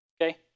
okay